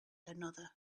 another